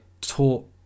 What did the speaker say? taught